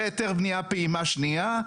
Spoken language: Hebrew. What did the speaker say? והיתר בניה פעימה שניה,